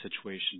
situation